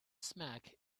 smack